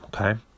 okay